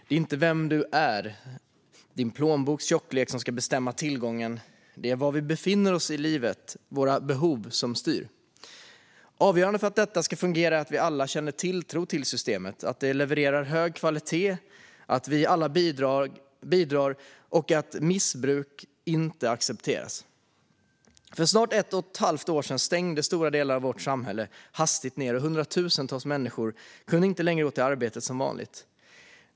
Det är inte vem du är och din plånboks tjocklek som ska bestämma tillgången till detta, utan det är var du befinner dig i livet och dina behov som ska styra. Avgörande för att detta ska fungera är att vi alla känner tilltro till systemet - att det levererar hög kvalitet, att vi alla bidrar och att missbruk inte accepteras. För snart ett och ett halvt år sedan stängdes stora delar av vårt samhälle hastigt ned, och hundratusentals människor kunde inte längre gå till arbetet som vanligt.